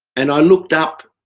and i looked up